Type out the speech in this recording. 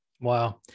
wow